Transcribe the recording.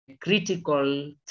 critical